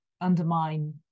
undermine